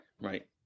Right